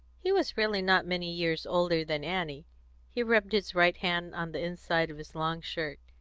he was really not many years older than annie he rubbed his right hand on the inside of his long shirt,